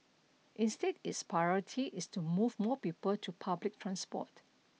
instead its priority is to move more people to public transport